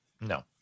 No